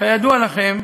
כידוע לכם,